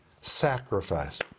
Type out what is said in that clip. sacrifice